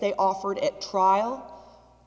they offered at trial